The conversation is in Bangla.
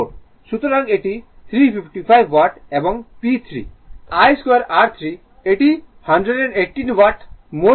সুতরাং এটি 355 ওয়াট এবং P 3 I 2 R3 এটি 118 ওয়াট মোট পাওয়ার